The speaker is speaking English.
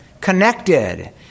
connected